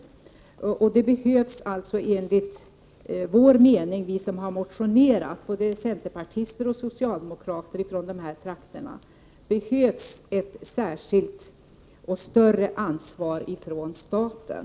Det behövs enligt motionärernas uppfattning, både centerpartister och socialdemokrater från dessa trakter, ett särskilt och större ansvar från staten.